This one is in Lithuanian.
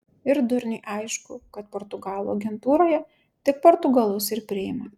ir durniui aišku kad portugalų agentūroje tik portugalus ir priima